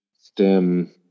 stem